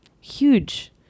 Huge